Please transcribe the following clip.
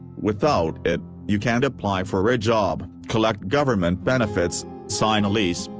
without it, you can't apply for a job, collect government benefits, sign a lease,